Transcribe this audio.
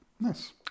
Nice